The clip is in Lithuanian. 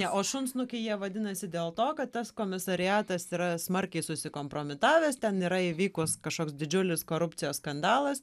ne o šunsnukiai jie vadinasi dėl to kad tas komisariatas yra smarkiai susikompromitavęs ten yra įvykus kažkoks didžiulis korupcijos skandalas